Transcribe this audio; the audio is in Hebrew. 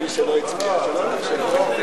להצביע.